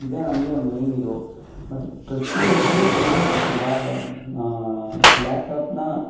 ಇದೇ ನಮಗೆ ಮೇನ್ ಇದು ಮತ್ತು ಪ್ರತಿಯೊಬ್ಬರು ಕೂಡ ಲ್ಯಾ ಲ್ಯಾಪ್ಟಾಪನ್ನ